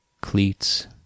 cleats